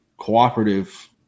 cooperative